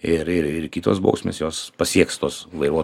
ir ir ir kitos bausmės jos pasieks tuos vairuot